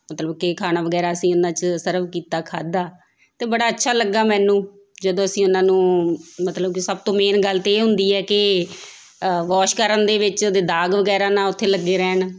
ਮਤਲਬ ਕਿ ਖਾਣਾ ਵਗੈਰਾ ਅਸੀਂ ਉਹਨਾਂ 'ਚ ਸਰਵ ਕੀਤਾ ਖਾਧਾ ਅਤੇ ਬੜਾ ਅੱਛਾ ਲੱਗਾ ਮੈਨੂੰ ਜਦੋਂ ਅਸੀਂ ਉਹਨਾਂ ਨੂੰ ਮਤਲਬ ਕਿ ਸਭ ਤੋਂ ਮੇਨ ਗੱਲ ਤਾਂ ਇਹ ਹੁੰਦੀ ਹੈ ਕਿ ਵੋਸ਼ ਕਰਨ ਦੇ ਵਿੱਚ ਉਹਦੇ ਦਾਗ ਵਗੈਰਾ ਨਾ ਉੱਥੇ ਲੱਗੇ ਰਹਿਣ